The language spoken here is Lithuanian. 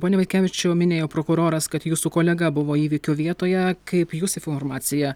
pone vaitkevičiau minėjo prokuroras kad jūsų kolega buvo įvykio vietoje kaip jūs informaciją